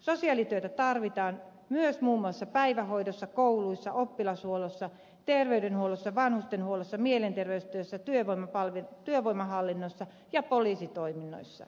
sosiaalityötä tarvitaan myös muun muassa päivähoidossa kouluissa oppilashuollossa terveydenhuollossa vanhustenhuollossa mielenterveystyössä työvoimahallinnossa ja poliisitoiminnoissa